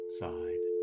side